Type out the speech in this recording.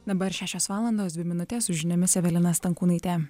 dabar šešios valandos dvi minutės su žiniomis evelina stankūnaitė